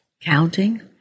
counting